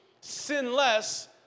sinless